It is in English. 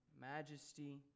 majesty